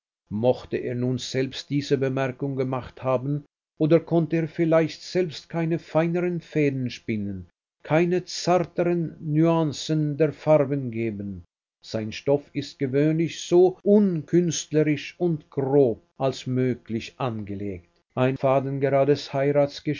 mochte er nun selbst diese bemerkung gemacht haben oder konnte er vielleicht selbst keine feineren fäden spinnen keine zarteren nüancen der farben geben sein stoff ist gewöhnlich so unkünstlerisch und grob als möglich angelegt ein